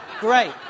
Great